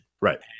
Right